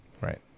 Right